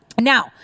Now